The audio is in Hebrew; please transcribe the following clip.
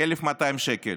של 1,200 שקל.